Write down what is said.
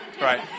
right